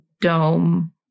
dome